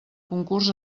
concurs